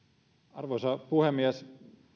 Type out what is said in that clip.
arvoisa puhemies